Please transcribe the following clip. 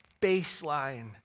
baseline